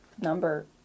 number